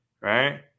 right